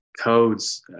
codes